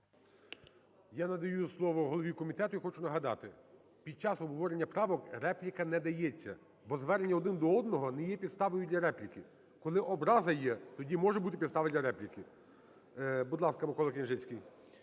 Я надаю слово голові комітету. І хочу нагадати: під час обговорення правок репліка не дається, бо звернення один до одного не є підставою для репліки. Коли образа є, тоді може бути підстава для репліки. Будь ласка, МиколаКняжицький.